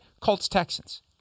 Colts-Texans